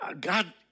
God